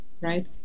right